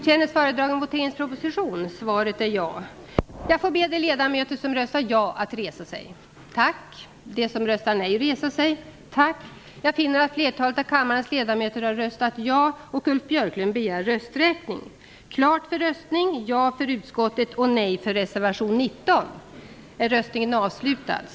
Jag får anmäla att Kristdemokraternas riksdagsgrupp framställt önskemål om aktuell debatt om det oprovocerade våldet. Talmannen har beslutat att sådan debatt skall anordnas onsdagen den 26 april kl. 9.00. För kristdemokraternas räkning vill jag härmed hemställa om en särskild riksdagsdebatt om det oprovocerade våldet.